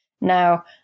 Now